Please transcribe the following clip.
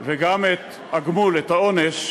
וגם את הגמול, את העונש,